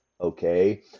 Okay